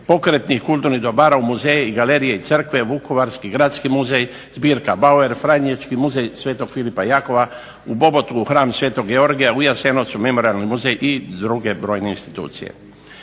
pokretnih kulturnih dobara u muzeje, i galerije i crkve vukovarski, gradski muzej, zbirka Bauer, franjevački muzej sv. Filipa Jakova, …/Ne razumije se./… hram sv. Georgija, u Jasenovcu nemoralni muzej i druge brojne institucije.